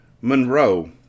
Monroe